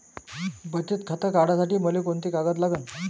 बचत खातं काढासाठी मले कोंते कागद लागन?